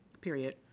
period